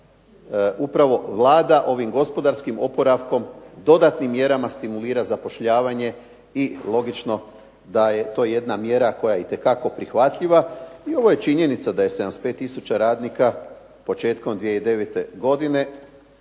upravo Vlada ovim gospodarskim oporavkom dodatnim mjerama stimulira zapošljavanje i logično da je to jedna mjera koja je itekako prihvatljiva, i ovo je činjenica da je 75 tisuća radnika početkom 2009. godine